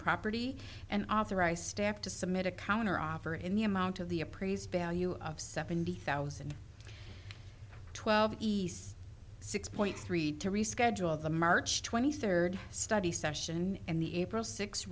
property and authorized staff to submit a counteroffer in the amount of the appraised value of seventy thousand twelve east six point three to reschedule the march twenty third study session in the april six